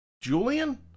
Julian